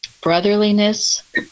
Brotherliness